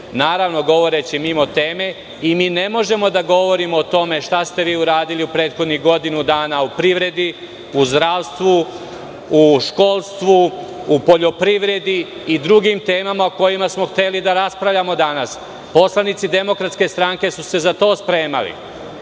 poslanike, govoreći mimo teme i mi ne možemo da govorimo o tome šta ste vi uradili u prethodnih godinu dana u privredi, u zdravstvu, u školstvu, u poljoprivredi i u drugim temama o kojima smo hteli da raspravljamo danas. Poslanici DS su se za to spremali.